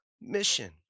mission